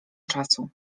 czasu